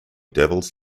devils